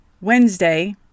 Wednesday